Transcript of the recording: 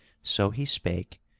so he spake,